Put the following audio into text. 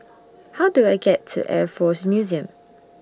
How Do I get to Air Force Museum